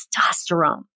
testosterone